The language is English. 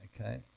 Okay